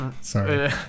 Sorry